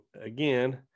again